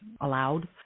allowed